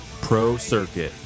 ProCircuit